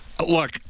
Look